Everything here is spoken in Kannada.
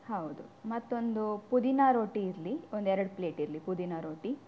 ಹೌದು ಮತ್ತೊಂದು ಪುದೀನಾ ರೋಟಿ ಇರಲಿ ಒಂದೆರಡು ಪ್ಲೇಟ್ ಇರಲಿ ಪುದೀನ ರೋಟಿ